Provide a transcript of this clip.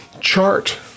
chart